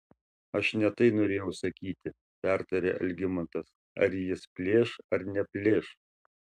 aš ne tai norėjau sakyti pertarė algimantas ar jis plėš ar neplėš